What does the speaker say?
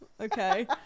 Okay